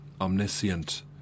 omniscient